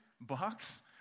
bucks